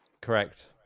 Correct